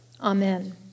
Amen